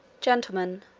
gentlemen,